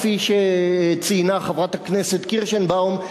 כפי שציינה חברת הכנסת קירשנבאום,